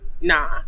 nah